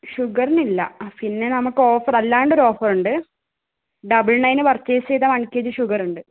ഷുഗറിനില്ല പിന്നെ നമുക്ക് ഓഫർ അല്ലാണ്ട് ഒരു ഓഫർ ഉണ്ട് ഡബിൾ നയൻ നിന് പർച്ചേയ്സ് ചെയ്താൽ വൺ കേ ജി ഷുഗറുണ്ട്